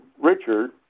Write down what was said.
Richard